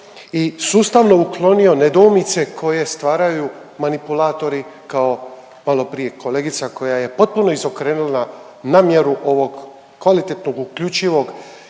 i sustavno uklonio nedoumice koje stvaraju manipulatori, kao maloprije kolegica koja je potpuno izokrenula namjeru ovog kvalitetnog, uključivog